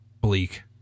bleak